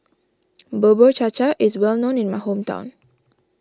Bubur Cha Cha is well known in my hometown